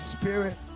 Spirit